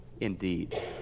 indeed